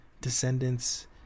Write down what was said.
Descendants